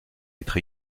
être